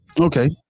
Okay